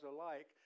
alike